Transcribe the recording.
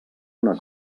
una